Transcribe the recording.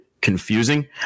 confusing